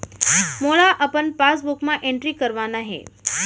मोला अपन पासबुक म एंट्री करवाना हे?